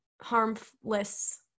harmless